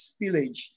spillage